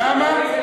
למה?